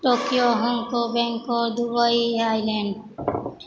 Tokyo Hong Kong Bangkok Dubai Thailand